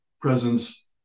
presence